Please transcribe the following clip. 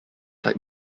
that